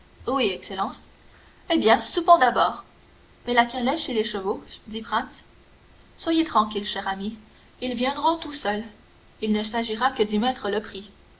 excellence eh bien soupons d'abord mais la calèche et les chevaux dit franz soyez tranquille cher ami ils viendront tout seuls il ne s'agira que d'y mettre le prix